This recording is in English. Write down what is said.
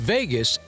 Vegas